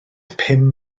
pum